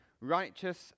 righteous